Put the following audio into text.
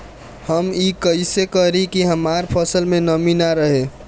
हम ई कइसे करी की हमार फसल में नमी ना रहे?